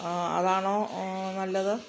അതാണോ നല്ലത്